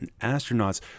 astronauts